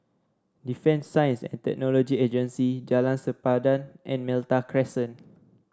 Defence Science and Technology Agency Jalan Sempadan and Malta Crescent